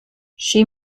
she